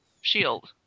shield